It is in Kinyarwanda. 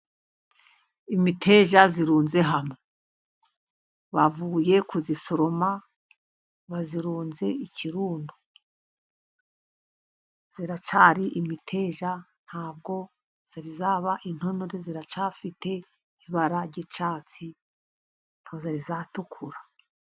Imiteja irunze hamwe bavuye kuyisoroma bazirunze ikirundo. Iracyari imiteja ntabwo yari yaba intonore, ifite ibara ry'icyatsi, ntabwo yari yatukura.